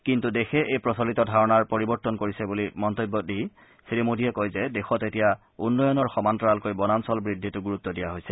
কিন্তু দেশে এই প্ৰচলিত ধাৰণা পৰিৱৰ্তন কৰিছে বুলি মন্তব্য দি শ্ৰীমোদীয়ে কয় যে দেশত এতিয়া উন্নয়নৰ সমান্তৰালকৈ বনাঞ্চল বৃদ্ধিতো গুৰুত্ দিয়া হৈছে